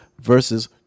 versus